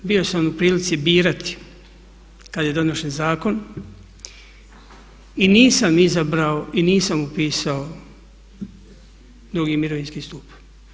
Bio sam u prilici birati kad je donesen zakon i nisam izabrao i nisam upisao drugi mirovinski stup.